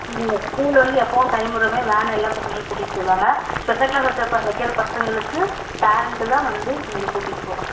இல்லை ஸ்கூல் வந்து எப்போவும் டைம் விடுற மாதிரி வேன் எல்லா பசங்களையும் கூட்டிகிட்டு போயிடுவாங்க ஸ்பெஷல் க்ளாஸ் வெச்ச ப வைக்கிற பசங்களுக்கு பேரெண்ட்டு தான் வந்து நீங்கள் கூட்டிகிட்டு போகணும்